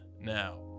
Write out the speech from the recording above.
now